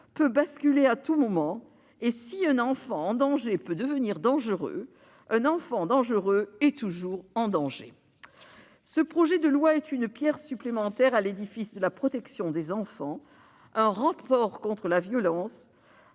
peut basculer à tout moment et, si un enfant en danger peut devenir dangereux, un enfant dangereux, lui, est toujours en danger. » Ce projet de loi apporte une pierre supplémentaire à l'édifice de la protection des enfants et constitue un rempart contre la violence,